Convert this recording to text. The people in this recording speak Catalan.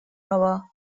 roba